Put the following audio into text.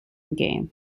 game